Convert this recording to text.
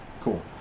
Cool